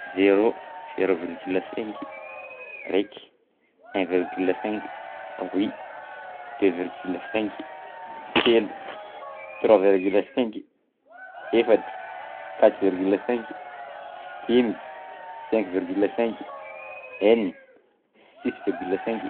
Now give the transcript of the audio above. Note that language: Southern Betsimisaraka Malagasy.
Zéro, zéro virgule cinq, raiky, un virgule cinq, roy, deux virgule cinq, telo, trois virgule cinq, efatra, quatre virgule cinq, dimy, cinq virgule cinq, enina, six virgule cinq.